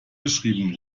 geschrieben